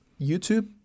youtube